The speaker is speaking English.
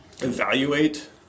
evaluate